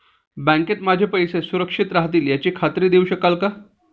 बँकेत माझे पैसे सुरक्षित राहतील याची खात्री देऊ शकाल का?